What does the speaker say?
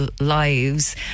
Lives